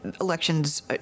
elections